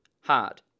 hard